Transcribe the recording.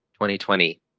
2020